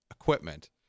equipment